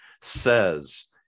says